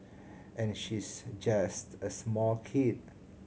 and she's just a small kid